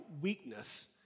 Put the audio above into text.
weakness